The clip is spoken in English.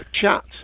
chat